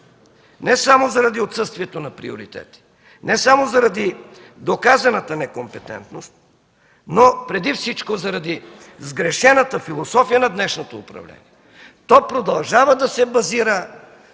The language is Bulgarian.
Не само заради отсъствието на приоритети, не само заради доказаната некомпетентност, но преди всичко заради сгрешената философия на днешното управление. То продължава да се базира